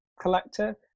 collector